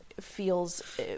feels